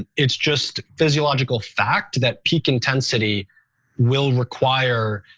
and it's just physiological fact that peak intensity will require